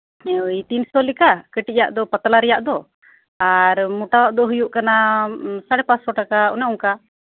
ᱛᱤᱱᱥᱚ ᱞᱮᱠᱟ ᱠᱟᱹᱴᱤᱡ ᱟᱜ ᱫᱚ ᱯᱟᱛᱞᱟ ᱨᱮᱭᱟᱜ ᱫᱚ ᱟᱨ ᱢᱳᱴᱟ ᱟᱜ ᱫᱚ ᱦᱩᱭᱩᱜ ᱠᱟᱱᱟ ᱥᱟᱲᱮ ᱯᱟᱸᱥᱥᱳ ᱴᱟᱠᱟ ᱚᱱᱮ ᱚᱱᱠᱟ